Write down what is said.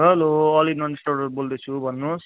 hello all in one इस्टोरबाट बोल्दैछु भन्नुहोस्